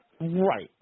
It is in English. Right